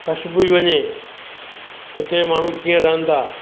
कश्मीर वञे हुते माण्हू कीअं रहनि था